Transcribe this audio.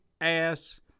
ass